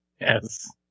Yes